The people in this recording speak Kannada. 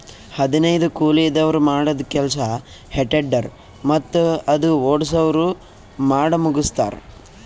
ಹದನೈದು ಕೂಲಿದವ್ರ್ ಮಾಡದ್ದ್ ಕೆಲ್ಸಾ ಹೆ ಟೆಡ್ಡರ್ ಮತ್ತ್ ಅದು ಓಡ್ಸವ್ರು ಮಾಡಮುಗಸ್ತಾರ್